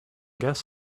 guess